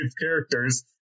characters